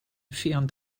ffion